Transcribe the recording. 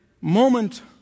moment